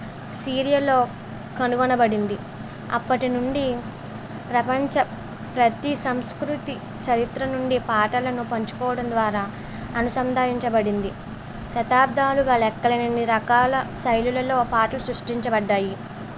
సీరియలో కనుగొనబడింది అప్పటి నుండి ప్రపంచ ప్రతీ సంస్కృతి చరిత్ర నుండి పాటలను పంచుకోవడం ద్వారా అనుసంధానించబడింది శతాబ్దాలుగా లెక్కలేనన్ని రకాల శైలులలో పాటలు సృష్టించబడ్డాయి